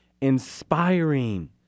inspiring